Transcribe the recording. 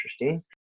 interesting